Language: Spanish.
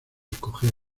coger